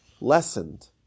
lessened